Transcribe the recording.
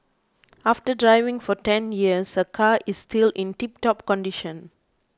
after driving for ten years her car is still in tiptop condition